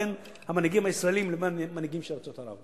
בין המנהיגים הישראלים לבין המנהיגים של ארצות ערב.